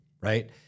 right